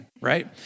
right